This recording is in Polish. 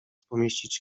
pomieścić